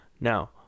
Now